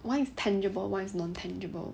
one is tangible [one] is non tangible